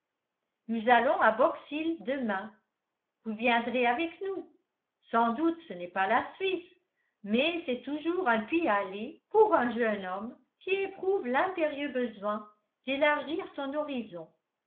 nous allons à box hill demain vous viendrez avec nous sans doute ce n'est pas la suisse mais c'est toujours un pis aller pour un jeune homme qui éprouve l'impérieux besoin d'élargir son horizon